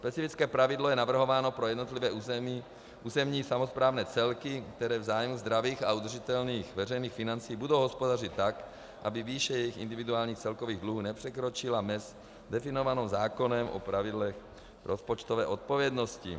Specifické pravidlo je navrhováno pro jednotlivé územní samosprávní celky, které v zájmu zdravých a udržitelných veřejných financí budou hospodařit tak, aby výše jejich individuálních celkových dluhů nepřekročila mez definovanou zákonem o pravidlech rozpočtové odpovědnosti.